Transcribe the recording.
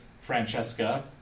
Francesca